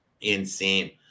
insane